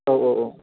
औ औ औ